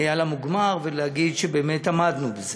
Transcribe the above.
על המוגמר ולהגיד שבאמת עמדנו בזה.